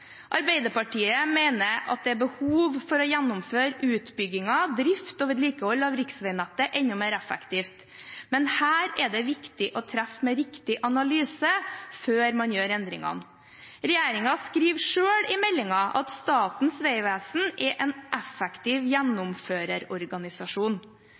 Arbeiderpartiet mener at det er behov for å gjennomføre utbygging, drift og vedlikehold av riksveinettet enda mer effektivt, men her er det viktig å treffe med riktig analyse før man gjør endringene. Regjeringen skriver selv i meldingen at Statens vegvesen er en effektiv gjennomførerorganisasjon.